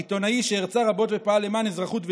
עיתונאי שהרצה רבות ופעל למען אזרחות ודו-קיום,